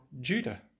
Judah